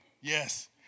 yes